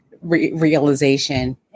realization